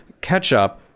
ketchup